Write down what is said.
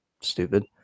stupid